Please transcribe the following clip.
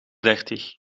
dertig